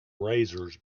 razors